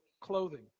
clothing